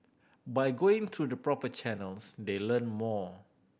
by going through the proper channels they learn more